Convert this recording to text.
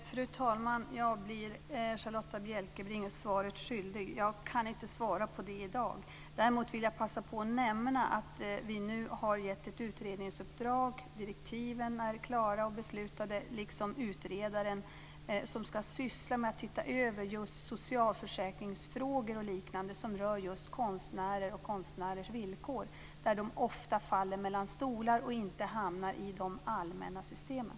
Fru talman! Jag blir Charlotta Bjälkebring svaret skyldig. Jag kan inte svara på det i dag. Däremot vill jag passa på att nämna att vi nu har gett ett utredningsuppdrag. Direktiven är klara och beslutade, liksom utredaren som ska syssla med att titta över just socialförsäkringsfrågor och liknande som rör konstnärer och deras villkor där de ofta faller mellan stolar och inte hamnar i de allmänna systemen.